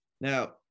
Now